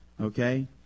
Okay